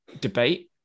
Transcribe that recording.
debate